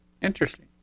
Interesting